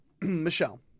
Michelle